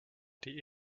die